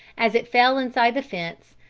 as it fell inside the fence,